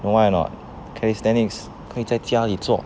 you why or not calisthenics 可以在家里做